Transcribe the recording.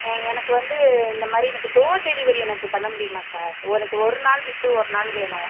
எனக்கு வந்து இந்த மாதிரி எனக்கு டோர் டெலிவரி எனக்கு பண்ண முடியுமா சார் எனக்கு ஒரு நாள் விட்டு ஒரு நாள் வேணும்